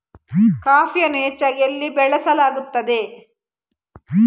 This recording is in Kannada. ಕಾಫಿಯನ್ನು ಹೆಚ್ಚಾಗಿ ಎಲ್ಲಿ ಬೆಳಸಲಾಗುತ್ತದೆ?